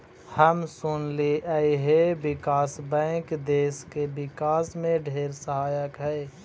हम सुनलिअई हे विकास बैंक देस के विकास में ढेर सहायक हई